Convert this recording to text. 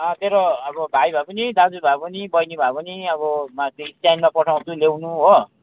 तेरो अब भाइ भए पनि दाजु भए पनि बहिनी भए पनि अब माथि स्ट्यान्डमा पठाउँछु लिनु हो